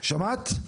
שמעת?